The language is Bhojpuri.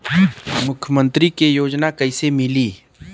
मुख्यमंत्री के योजना कइसे मिली?